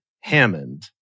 Hammond